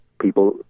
people